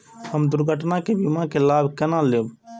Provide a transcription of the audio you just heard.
हम दुर्घटना के बीमा के लाभ केना लैब?